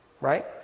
Right